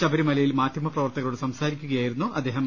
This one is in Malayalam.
ശബരിമലയിൽ മാദ്ധ്യമപ്രവർത്തകരോട് സംസാരിക്കയായിരുന്നു അദ്ദേഹം